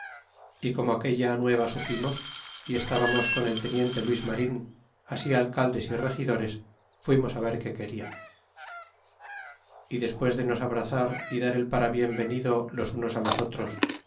y como aquella nueva supimos y estábamos con el teniente luis mann así alcaldes y regidores fuimos á ver que quena y despues de nos abrazar y dar el para bien venido los unos á los otros